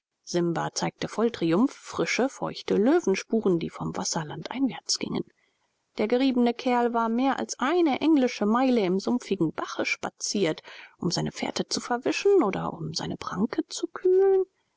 simba zeigte voll triumph frische feuchte löwenstapfen die vom wasser landeinwärts gingen der geriebene kerl war mehr als eine englische meile im sumpfigen bache spaziert um seine fährte zu verwischen oder um seine pranke zu kühlen